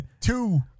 Two